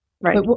Right